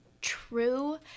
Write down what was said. true